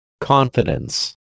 Confidence